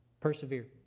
persevere